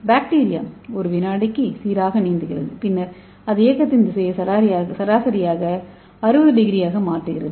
bacteria 1 விநாடிக்கு சீராக நீந்துகிறது பின்னர் அது இயக்கத்தின் திசையை சராசரியாக 60° ஆக மாற்றுகிறது